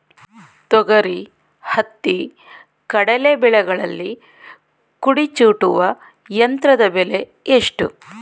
ತೊಗರಿ, ಹತ್ತಿ, ಕಡಲೆ ಬೆಳೆಗಳಲ್ಲಿ ಕುಡಿ ಚೂಟುವ ಯಂತ್ರದ ಬೆಲೆ ಎಷ್ಟು?